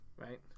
Right